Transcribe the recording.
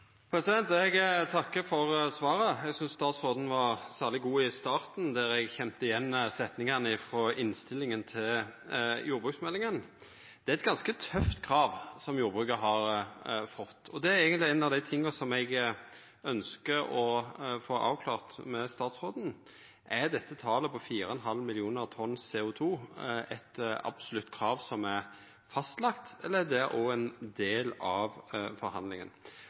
Eg takkar for svaret. Eg synest statsråden var særleg god i starten, der eg kjente igjen setningane frå innstillinga til jordbruksmeldinga. Det er eit ganske tøft krav jordbruket har fått, og det er eigentleg ein av dei tinga eg ønskjer å få avklart med statsråden. Er dette talet på 4,5 mill. tonn CO 2 eit absolutt krav som er fastlagt, eller er det òg ein del av forhandlinga?